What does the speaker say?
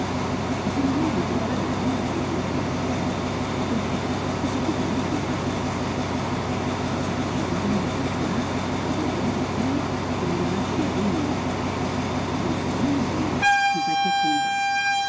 julien rencontra de grands yeux bleus fort tendres et vit que c'était à lui qu'on parlait il s'approcha vivement du comptoir et de la jolie fille comme il eût marché à l'ennemi dans ce grand mouvement son paquet tomba